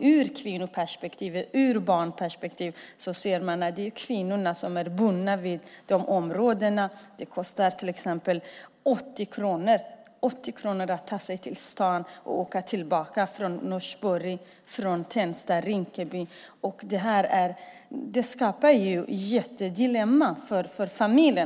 ur kvinnoperspektiv och barnperspektiv ser man att det är kvinnorna som är bundna till dessa områden. Det kostar till exempel 80 kronor att ta sig in till centrum och tillbaka från Norsborg, Tensta, Rinkeby. Det är ett stort dilemma också för en familj.